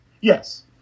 Yes